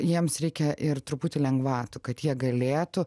jiems reikia ir truputį lengvatų kad jie galėtų